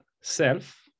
self